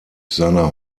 seiner